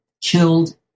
killed